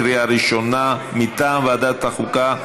מטעם ועדת החוקה,